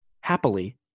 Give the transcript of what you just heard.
Happily